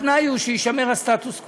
התנאי הוא שיישמר הסטטוס קוו,